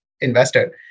investor